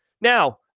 Now